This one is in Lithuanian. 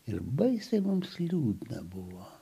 ir baisiai mums liūdna buvo